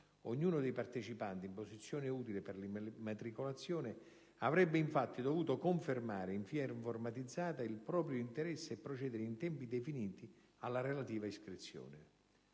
ognuno dei partecipanti in posizione utile per l'immatricolazione avrebbe infatti dovuto confermare in via informatizzata il proprio interesse e procedere in tempi definiti alla relativa iscrizione.